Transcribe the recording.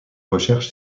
recherches